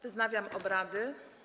Wznawiam obrady.